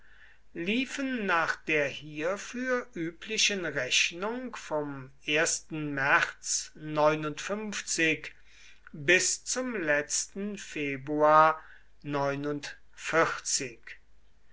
liefen nach der hierfür üblichen rechnung vom märz bis zum letzten februar